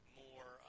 more –